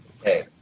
Okay